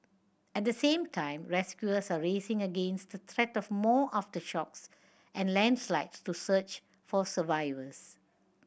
at the same time rescuers are racing against the threat of more aftershocks and landslides to search for survivors